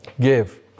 give